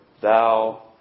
thou